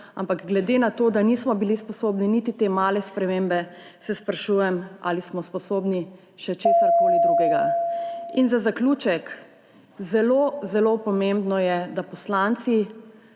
Ampak glede na to, da nismo bili sposobni niti te male spremembe, se sprašujem, ali smo sposobni še česarkoli drugega. In za zaključek. Zelo zelo pomembno je, da poslanci